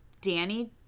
Danny